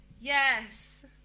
Yes